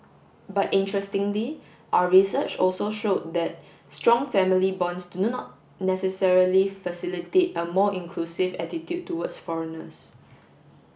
but interestingly our research also showed that strong family bonds do not necessarily facilitate a more inclusive attitude towards foreigners